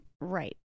Right